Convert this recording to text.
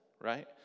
right